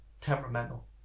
temperamental